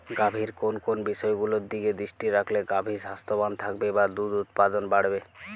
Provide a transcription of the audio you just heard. গাভীর কোন কোন বিষয়গুলোর দিকে দৃষ্টি রাখলে গাভী স্বাস্থ্যবান থাকবে বা দুধ উৎপাদন বাড়বে?